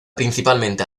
principalmente